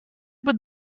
would